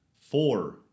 four